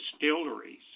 Distilleries